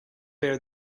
bear